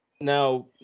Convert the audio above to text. Now